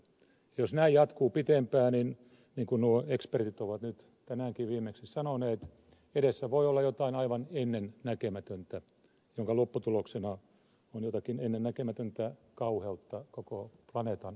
jos näin jatkuu pitempään niin kuten nuo ekspertit ovat nyt tänäänkin viimeksi sanoneet edessä voi olla jotain aivan ennennäkemätöntä jonka lopputuloksena on jotakin ennennäkemätöntä kauheutta koko planeetan mitassa